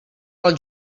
pel